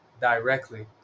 directly